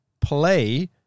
play